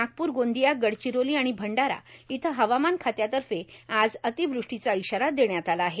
नागपूर गोंदिया गडचिरोली आणि भंडारा इथं हवामान खात्यातर्फे आज अतिवृष्टीचा इशारा देण्यात आला आहे